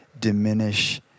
diminish